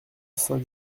saint